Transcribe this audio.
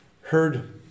heard